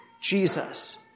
Jesus